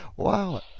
Wow